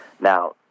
Now